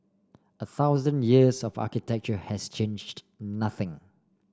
a thousand years of architecture has changed nothing